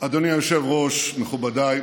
אדוני היושב-ראש, מכובדיי,